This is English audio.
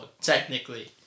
technically